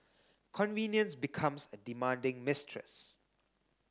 convenience becomes a demanding mistress